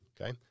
okay